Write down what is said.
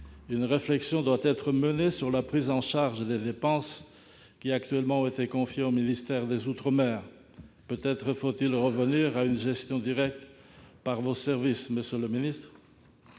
Une réflexion doit être menée sur la prise en charge des dépenses qui, actuellement, ont été confiées au ministère des outre-mer. Peut-être faut-il revenir à une gestion directe par vos services, monsieur le ministre ?